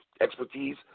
expertise